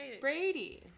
Brady